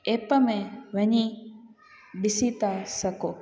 app में वञी ॾिसी था सघो